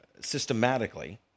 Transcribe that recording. systematically